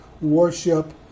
worship